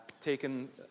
taken